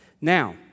Now